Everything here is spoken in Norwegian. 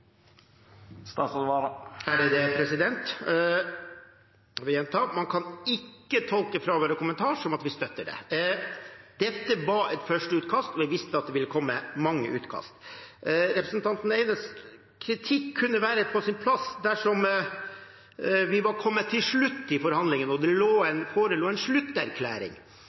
Jeg vil gjenta: Man kan ikke tolke fravær av kommentar som at vi støtter det. Dette var et førsteutkast, og vi visste at det ville komme mange utkast. Representanten Eides kritikk kunne være på sin plass dersom vi var kommet til slutten i forhandlingene og det forelå en slutterklæring.